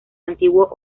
antiguo